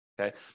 Okay